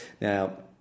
Now